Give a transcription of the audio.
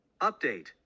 Update